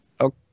Okay